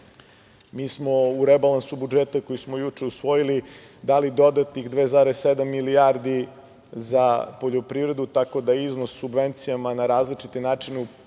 smo u rebalansu budžeta koji smo juče usvojili dali dodatnih 2,7 milijardi dinara za poljoprivredu, tako da iznos subvencija na različite načine